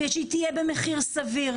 כדי שהיא תהיה במחיר סביר.